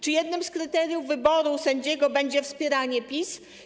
Czy jednym z kryteriów wyboru sędziego będzie wspieranie PiS?